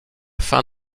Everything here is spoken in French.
fin